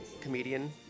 comedian